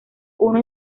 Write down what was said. uno